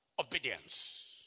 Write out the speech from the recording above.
Obedience